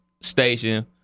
station